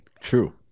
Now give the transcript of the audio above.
true